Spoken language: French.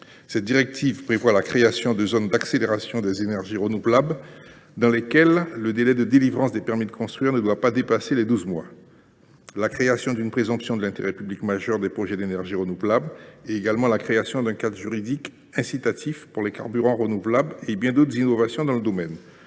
Cette directive prévoit la création de zones d’accélération des énergies renouvelables dans lesquelles le délai de délivrance des permis de construire ne devra pas dépasser douze mois, la création d’une présomption de l’intérêt public majeur des projets d’énergie renouvelable et la création d’un cadre juridique incitatif pour les carburants renouvelables et bien d’autres innovations dans le domaine.